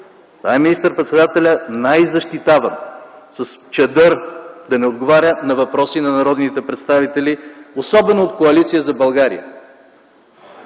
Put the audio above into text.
Това е министър-председателят, който е най-защитаван, с чадър, да не отговаря на въпроси на народни представители, особено от Коалиция за България.